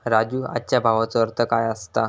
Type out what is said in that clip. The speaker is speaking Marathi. राजू, आजच्या भावाचो अर्थ काय असता?